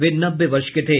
वे नब्बे वर्ष के थे